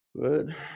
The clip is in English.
Good